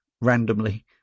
randomly